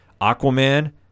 Aquaman